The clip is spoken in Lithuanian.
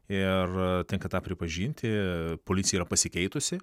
ir tenka tą pripažinti policija yra pasikeitusi